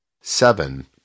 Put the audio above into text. Seven